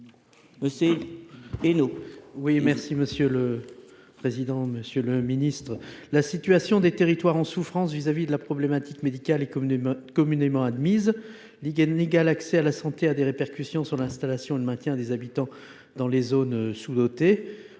La situation des territoires en souffrance au regard de la problématique médicale est communément admise. L’inégal accès à la santé a des répercussions sur l’installation et le maintien des habitants dans les zones sous dotées,